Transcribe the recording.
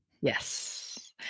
Yes